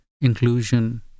inclusion